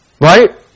Right